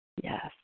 Yes